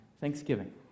Thanksgiving